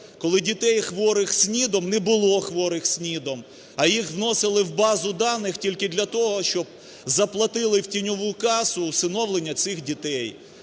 коли дітей, хворих СНІДом, не було хворих СНІДом, а їх вносили в базу даних тільки для того, щоб заплатили в тіньову касу всиновлення цих дітей.